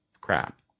crap